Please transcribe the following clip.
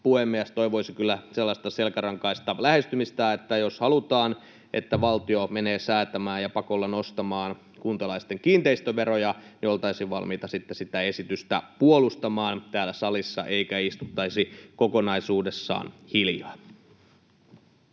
puhemies, toivoisi kyllä sellaista selkärankaista lähestymistä, että jos halutaan, että valtio menee säätämään ja pakolla nostamaan kuntalaisten kiinteistöveroja, oltaisiin valmiita sitten sitä esitystä puolustamaan täällä salissa eikä istuttaisi kokonaisuudessaan hiljaa.